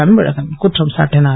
அன்பழகன் குற்றம் சாட்டினார்